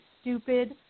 stupid